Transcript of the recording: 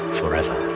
forever